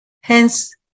Hence